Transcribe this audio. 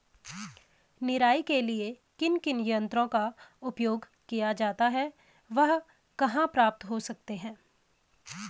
निराई के लिए किन किन यंत्रों का उपयोग किया जाता है वह कहाँ प्राप्त हो सकते हैं?